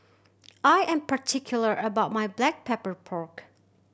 I am particular about my Black Pepper Pork